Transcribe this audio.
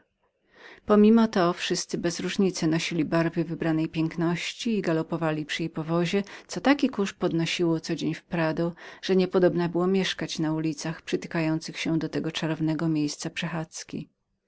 pomimo to wszyscy bez różnicy nosili barwy ulubionej piękności i galopowali przy jej pojeździe co każdego dnia taki kurz podnosiło w prado że niepodobna było mieszkać na ulicach dotykających tego czarownego miejsca przechadzki